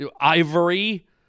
ivory